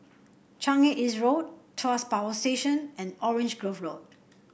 Changi East Road Tuas Power Station and Orange Grove Road